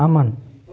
अमन